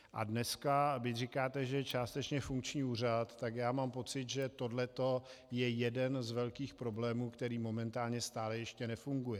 A dnes, byť říkáte, že je částečně funkční úřad, tak já mám pocit, že toto je jeden z velkých problémů, který momentálně stále ještě nefunguje.